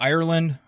Ireland